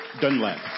Dunlap